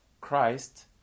Christ